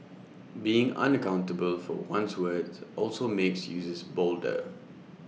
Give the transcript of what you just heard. being unaccountable for one's words also makes users bolder